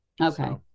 okay